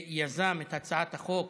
שיזם את הצעת החוק